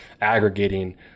aggregating